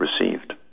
received